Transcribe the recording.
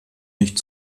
nicht